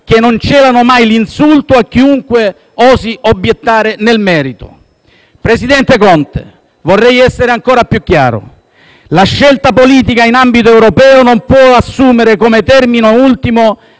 che non celano mai l'insulto a chiunque osi obbiettare nel merito. Signor presidente Conte, vorrei essere ancora più chiaro. La scelta politica in ambito europeo non può assumere come termine ultimo